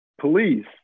police